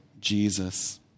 Jesus